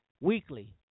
weekly